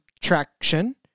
traction